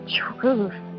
truth